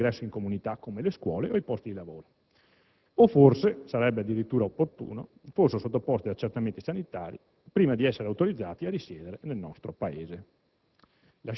prima dell'ingresso in comunità, come le scuole o i posti di lavoro, o forse sarebbe addirittura opportuno fossero sottoposti ad accertamenti sanitari prima di essere autorizzati a risiedere nel nostro Paese.